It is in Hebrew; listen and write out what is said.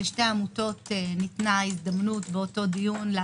לשתי העמותות ניתנה הזדמנות באותו דיון,